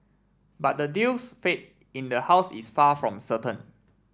but the deal's fate in the house is far from certain